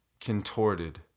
contorted